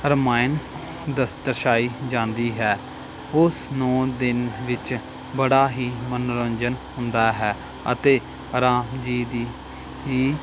ਰਾਮਾਇਣ ਦਸਤਰਸ਼ਾਈ ਜਾਂਦੀ ਹੈ ਉਸ ਨੌ ਦਿਨ ਵਿੱਚ ਬੜਾ ਹੀ ਮਨੋਰੰਜਨ ਹੁੰਦਾ ਹੈ ਅਤੇ ਰਾਮ ਜੀ ਦੀ ਹੀ